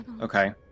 Okay